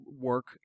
work